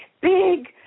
big